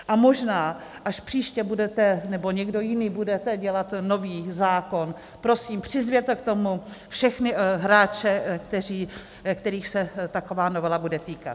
A možná, až příště budete, nebo někdo jiný budete dělat nový zákon, prosím, přizvěte k tomu všechny hráče, kterých se taková novela bude týkat.